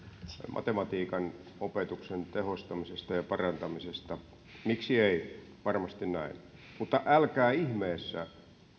matematiikan opetuksen tehostamisesta ja parantamisesta niin miksi ei varmasti näin mutta älkää ihmeessä